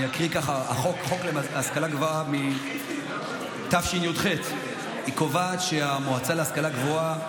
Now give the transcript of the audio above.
אני אקריא: החוק להשכלה גבוהה מתשי"ח קובע שהמועצה להשכלה גבוהה